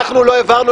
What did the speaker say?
לא העברנו,